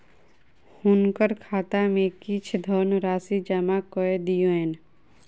हुनकर खाता में किछ धनराशि जमा कय दियौन